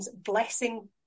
blessing